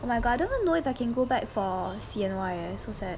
oh my god I don't even know if I can go back for C_N_Y eh so sad